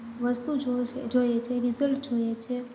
વસ્તુ જોઅ છે જોઈએ છે રિઝલ્ટ જોઈએ છે